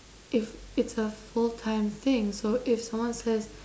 if it's a full time thing so if someone says